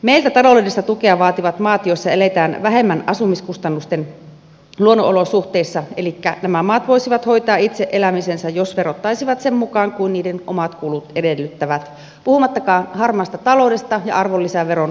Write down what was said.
meiltä taloudellista tukea vaativat maat joissa eletään vähempien asumiskustannusten luonnonolosuhteissa elikkä nämä maat voisivat hoitaa itse elämisensä jos verottaisivat sen mukaan kuin niiden omat kulut edellyttävät puhumattakaan harmaasta taloudesta ja arvonlisäveron kiertämisestä